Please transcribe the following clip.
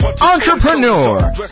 entrepreneur